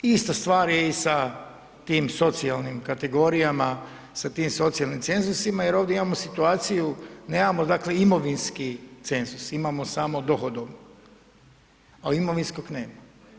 Ista stvar je i sa tim socijalnim kategorijama sa tim socijalnim cenzusima jer ovdje imamo situaciju, nemamo imovinski cenzus, imamo samo dohodovni, a imovinskog nema.